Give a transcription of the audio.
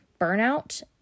burnout